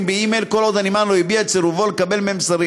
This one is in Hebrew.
באימייל כל עוד הנמען לא הביע את סירובו לקבל מהן מסרים.